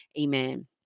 Amen